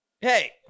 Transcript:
Hey